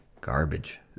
garbage